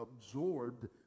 absorbed